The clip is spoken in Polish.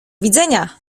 widzenia